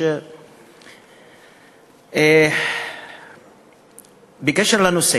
בקשר לנושא,